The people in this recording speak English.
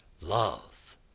love